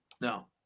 No